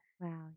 Wow